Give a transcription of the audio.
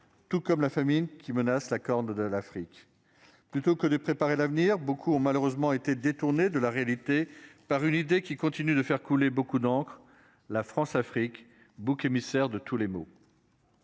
Tout comme la famine qui menace la Corne de l'Afrique. Plutôt que de préparer l'avenir. Beaucoup ont malheureusement été détourné de la réalité par une idée qui continue de faire couler beaucoup d'encre. La Françafrique bouc émissaire de tous les maux.